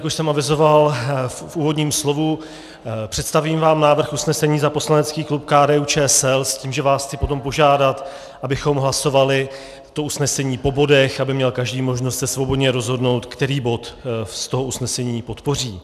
Jak už jsem avizoval v úvodním slovu, představím vám návrh usnesení za poslanecký klub KDUČSL s tím, že vás chci potom požádat, abychom hlasovali usnesení po bodech, aby měl každý možnost se svobodně rozhodnout, který bod z usnesení podpoří.